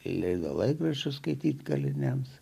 leido laikraščius skaityti kaliniams